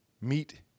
meet